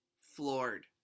floored